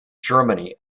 germany